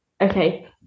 okay